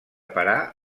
parar